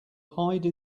hide